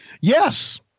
Yes